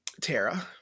Tara